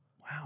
Wow